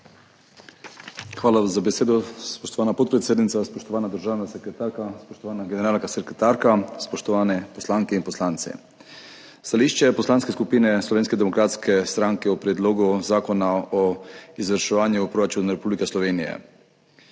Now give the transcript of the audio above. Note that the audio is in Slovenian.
Hvala za besedo. Spoštovana podpredsednica, spoštovana državna sekretarka, spoštovana generalna sekretarka, spoštovane poslanke in poslanci! Stališče Poslanske skupine Slovenske demokratske stranke o Predlogu zakona o izvrševanju proračunov Republike Slovenije.